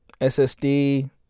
SSD